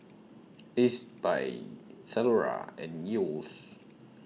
Ezbuy Zalora and Yeo's